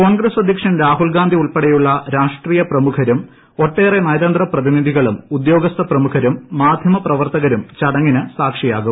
കോൺഗ്രസ് അധ്യക്ഷൻ രാഹുൽഗാന്ധി ഉൾപ്പെടെയുള്ള രാഷ്ട്രീയ പ്രമുഖരും ഒട്ടേറെ നയതന്ത്ര പ്രതിനിധികളും ഉദ്യോഗ പ്രമുഖരും മാധ്യമ പ്രവർത്തകരും ചടങ്ങിന് സാക്ഷിയാകും